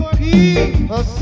people